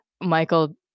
Michael